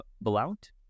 Blount